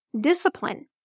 discipline